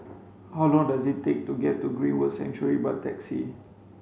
how long does it take to get to Greenwood Sanctuary by taxi